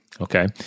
okay